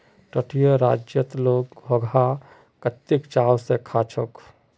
तटीय राज्यत लोग घोंघा कत्ते चाव स खा छेक